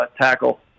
tackle